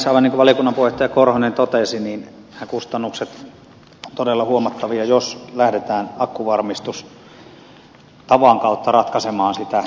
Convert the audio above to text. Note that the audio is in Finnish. aivan niin kuin valiokunnan puheenjohtaja martti korhonen totesi niin nämä kustannukset ovat todella huomattavia jos lähdetään akkuvarmistustavan kautta ratkaisemaan sitä